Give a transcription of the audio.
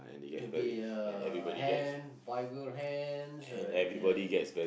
to be a hand vulgar hands ya